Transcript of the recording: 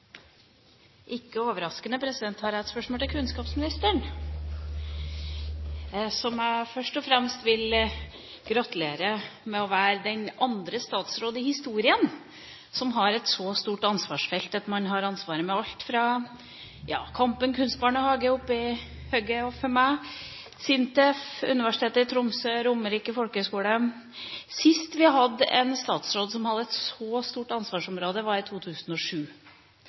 Ikke overraskende har jeg et spørsmål til kunnskapsministeren, som jeg først og fremst vil gratulere med å være den andre statsråden i historien som har et så stort ansvarsfelt at man har ansvaret for alt fra Kampen kunstbarnehage «oppi høgget» ovenfor meg, SINTEF og Universitetet i Tromsø til Romerike folkehøgskole. Sist vi hadde en statsråd som hadde et så stort ansvarsområde, var i 2007.